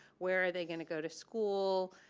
where are they gonna go to school,